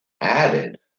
added